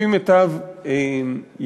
לפי מיטב ידיעתי,